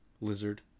Lizard